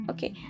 Okay